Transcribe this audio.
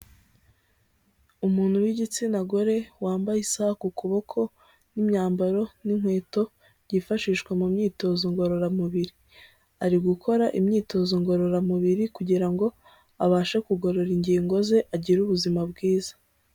Umuntu w'igitsina gore wambaye isaha ku kuboko n'imyambaro n'inkweto byifashishwa mu myitozo ngororamubiri, ari gukora imyitozo ngororamubiri kugira ngo abashe kugorora ingingo ze, agire ubuzima bwiza.